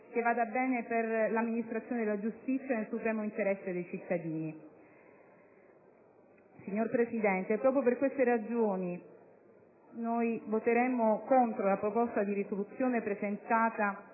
Signora Presidente, per queste ragioni voteremo contro la proposta di risoluzione presentata